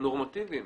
נורמטיבים